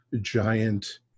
giant